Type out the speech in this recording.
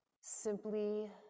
simply